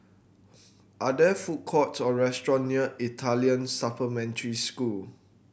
are there food courts or restaurants near Italian Supplementary School